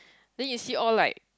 then you see all like